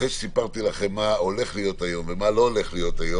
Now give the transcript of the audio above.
אחרי שסיפרתי לכם מה הולך להיות היום ומה לא הולך להיות,